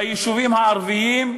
ביישובים הערביים,